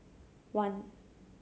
one